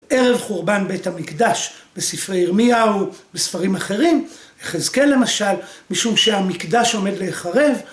ערב חורבן בית המקדש בספרי ירמיהו ובספרים אחרים, יחזקאל למשל, משום שהמקדש עומד להיחרב.